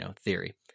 theory